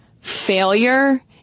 failure